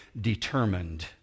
determined